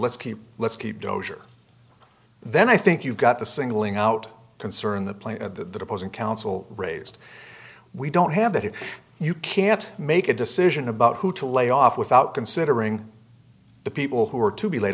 let's keep let's keep dozer then i think you've got the singling out concern the play of the opposing counsel raised we don't have that if you can't make a decision about who to lay off without considering the people who are to be laid